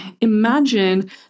imagine